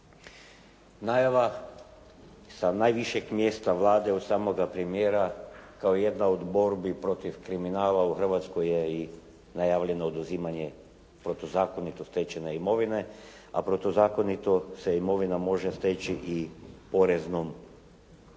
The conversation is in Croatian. Najava sa najvišeg mjesta Vlade, od samoga premijera, kao jedna od borbi protiv kriminala, u Hrvatskoj je najavljeno i oduzimanje protuzakonito stečene imovine, a protuzakonito se imovina može steći i poreznom utajom,